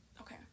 Okay